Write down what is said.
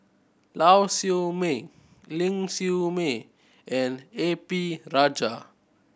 Lau Siew Mei Ling Siew May and A P Rajah